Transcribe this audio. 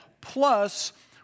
Plus